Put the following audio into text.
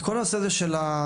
את כל הנושא של התכניות,